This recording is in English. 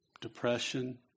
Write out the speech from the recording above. depression